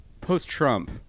post-Trump